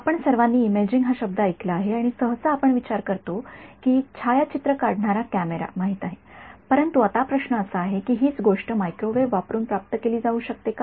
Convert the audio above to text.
आपण सर्वांनी इमेजिंग हा शब्द ऐकला आहे आणि सहसा आपण विचार करतो की छायाचित्र काढणारा कॅमेरा माहित आहे परंतु आता प्रश्न असा आहे की हीच गोष्ट मायक्रोवेव्ह वापरुन प्राप्त केली जाऊ शकते का